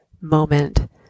moment